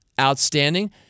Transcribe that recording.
Outstanding